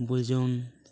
ᱵᱩᱡᱚᱱ